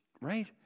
right